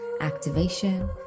activation